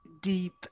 deep